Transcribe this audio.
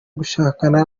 gushakana